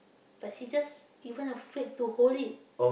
but she just even afraid to hold it